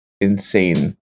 insane